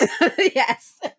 Yes